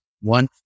one